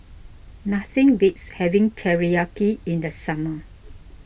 nothing beats having Teriyaki in the summer